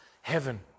heaven